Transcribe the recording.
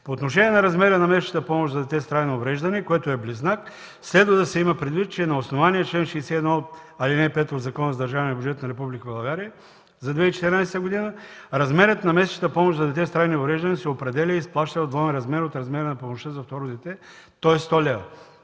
По отношение на размера на месечната помощ за дете с трайно увреждане, което е близнак, следва да се има предвид, че на основание чл. 61, ал. 5 от Закона за държавния бюджет на Република България за 2014 г., размерът на месечната помощ за дете с трайни увреждания се определя и изплаща в двоен размер от размера на помощта за второ дете, тоест